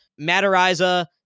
Matariza